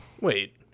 Wait